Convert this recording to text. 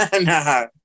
No